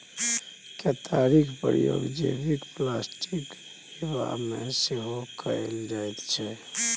केतारीक प्रयोग जैबिक प्लास्टिक बनेबामे सेहो कएल जाइत छै